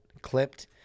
clipped